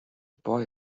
boy